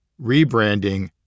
Rebranding